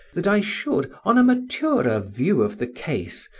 that i should, on a maturer view of the case,